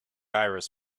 iris